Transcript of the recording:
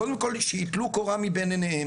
הדברים האלה חשובים.